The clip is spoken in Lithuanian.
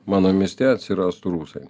mano mieste atsirastų rusai